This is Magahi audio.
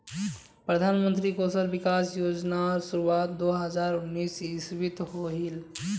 प्रधानमंत्री कौशल विकाश योज्नार शुरुआत दो हज़ार उन्नीस इस्वित होहिल